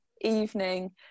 evening